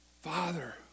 Father